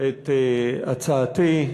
את הצעתי,